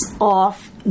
off